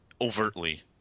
overtly